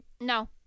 no